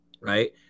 Right